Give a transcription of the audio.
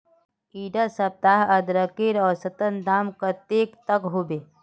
इडा सप्ताह अदरकेर औसतन दाम कतेक तक होबे?